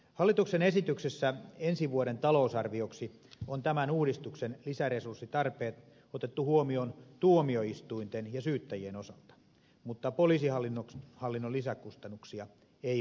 hallituksen esityksessä ensi vuoden talousarvioksi on tämän uudistuksen lisäresurssitarpeet otettu huomioon tuomioistuinten ja syyttäjien osalta mutta poliisihallinnon lisäkustannuksia ei ole huomioitu